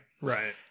Right